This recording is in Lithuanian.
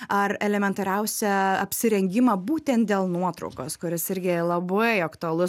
ar elementariausią apsirengimą būtent dėl nuotraukos kuris irgi labai aktualus